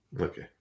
Okay